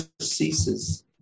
ceases